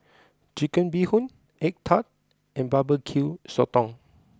Chicken Bee Hoon Egg Tart and Barbecue Sotong